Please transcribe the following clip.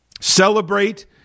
celebrate